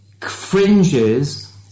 fringes